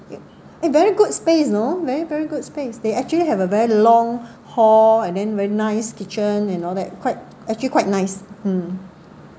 eh very good space you know very very good space they actually have a very long hall and then very nice kitchen and all that quite actually quite nice hmm